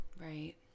Right